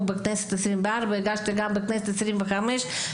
בכנסת העשרים וארבע והגשתי גם בכנסת העשרים חמש,